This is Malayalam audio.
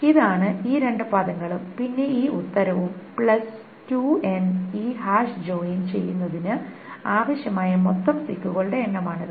ഇതാണ് ഈ രണ്ട് പദങ്ങളും പിന്നെ ഈ ഉത്തരവും പ്ലസ് 2 എൻ ഈ ഹാഷ് ജോയിൻ ചെയ്യുന്നതിന് ആവശ്യമായ മൊത്തം സീക്കുകളുടെ എണ്ണമാണിത്